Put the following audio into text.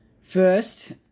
first